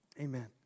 amen